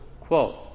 Quote